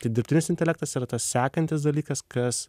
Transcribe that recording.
tai dirbtinis intelektas yra tas sekantis dalykas kas